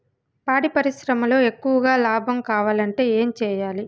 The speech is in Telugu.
పాడి పరిశ్రమలో ఎక్కువగా లాభం కావాలంటే ఏం చేయాలి?